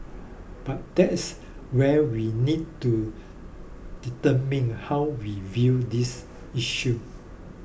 but that's where we need to determine how we view these issues